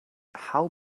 how